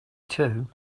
too